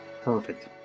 Perfect